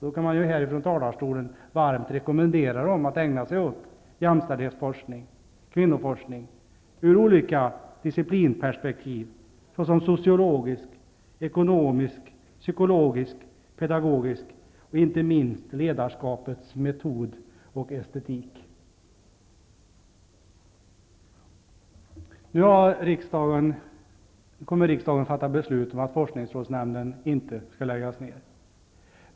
Då kan man ifrån talarstolen varmt rekommendera dem att ägna sig åt olika discipliner av jämställdhetsforskning och kvinnoforskning, såsom sociologisk, ekonomisk, psykologisk och pedagogisk forskning samt inte minst åt ledarskapets metod och estetik. Nu kommer riksdagen att fatta beslut om att forskningsrådsnämnden inte skall läggas ned.